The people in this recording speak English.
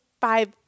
five